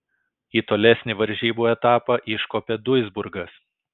į tolesnį varžybų etapą iškopė duisburgas